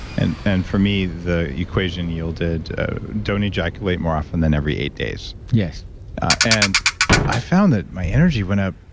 and and for me, the equation yielded don't ejaculate more often than every eight days yes and i found that my energy went up,